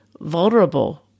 vulnerable